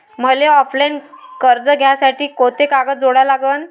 मले ऑफलाईन कर्ज घ्यासाठी कोंते कागद जोडा लागन?